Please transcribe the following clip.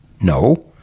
No